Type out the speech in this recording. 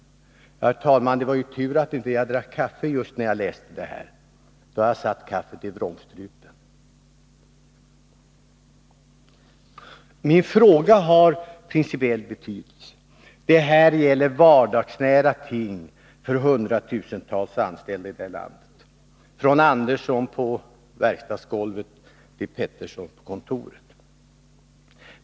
Det var ju tur, herr talman, att jag inte drack kaffe just när jag läste detta, för då hade jag satt kaffet i vrångstrupen. Min fråga har principiell betydelse. Det här gäller vardagsnära ting för hundratusentals anställda i landet, från Andersson på verkstadsgolvet till Pettersson på kontoret.